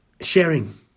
sharing